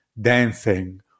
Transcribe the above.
dancing